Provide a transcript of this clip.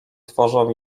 tworzą